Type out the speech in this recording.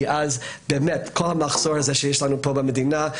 כי אז באמת כל המחסור הזה שיש לנו פה במדינה,